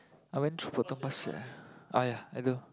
I went through Potong Pasir ah ya at the